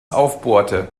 aufbohrte